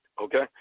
okay